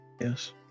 Yes